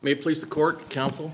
may please the court counsel